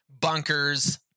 bunkers